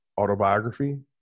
autobiography